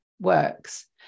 works